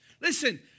Listen